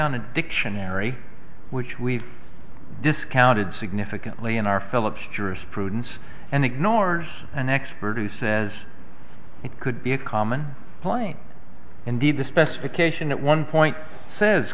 on a dictionary which we've discounted significantly in our philips jurisprudence and ignores an expert who says it could be a common plane indeed the specification at one point says